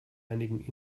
einigen